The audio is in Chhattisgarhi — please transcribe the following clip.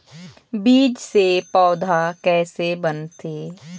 बीज से पौधा कैसे बनथे?